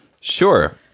Sure